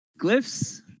glyphs